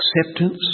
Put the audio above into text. acceptance